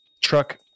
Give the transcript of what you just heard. truck